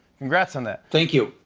congrats on that. thank you.